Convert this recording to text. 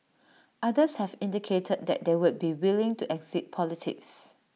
others have indicated that they would be willing to exit politics